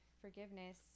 forgiveness